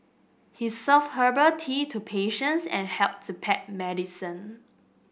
he served herbal tea to patients and helped to pack medicine